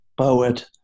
poet